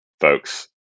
folks